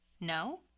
No